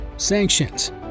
Sanctions